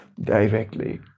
directly